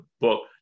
book